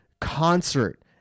concert